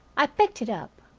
i picked it up.